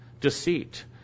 Deceit